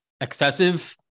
excessive